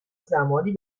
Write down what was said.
زمانی